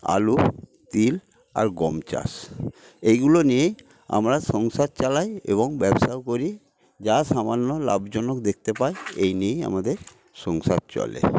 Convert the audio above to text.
আলু তিল আর গম চাষ এগুলো নিয়েই আমরা সংসার চালাই এবং ব্যবসা ও করি যা সামান্য লাভজনক দেখতে পাই এই নিয়েই আমাদের সংসার চলে